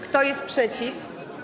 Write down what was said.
Kto jest przeciw?